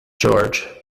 george